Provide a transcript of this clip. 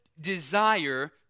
desire